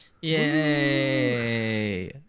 Yay